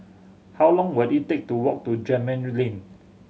how long will it take to walk to Gemmill Lane